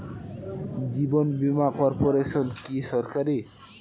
জীবন বীমা কর্পোরেশন কি সরকারি?